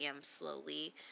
slowly